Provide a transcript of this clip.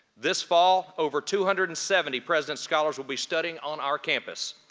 this fall over two hundred and seventy, president's scholars will be studying on our campus.